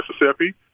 Mississippi